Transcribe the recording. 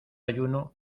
ayuno